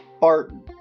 Barton